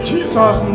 Jesus